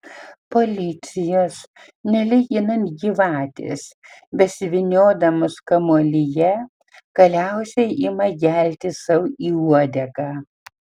policijos nelyginant gyvatės besivyniodamos kamuolyje galiausiai ima gelti sau į uodegą